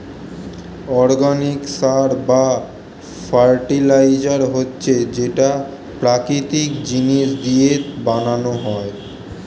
organic সার বা fertiliser হচ্ছে যেটা প্রাকৃতিক জিনিস দিয়ে বানানো হয়